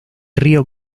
río